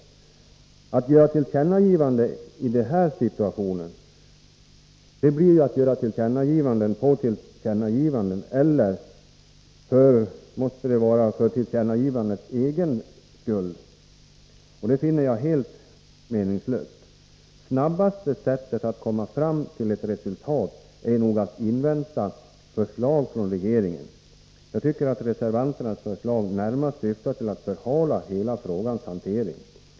Att i den här situationen göra tillkännagivanden blir att göra tillkännagivanden om tillkännagivanden -— eller också är det för tillkännagivandets egen skull. Det finner jag helt meningslöst. Det snabbaste sättet att komma fram till ett resultat är nog att invänta ett förslag från regeringen. Reservanternas förslag tycker jag närmast syftar till att förhala hela frågans hantering.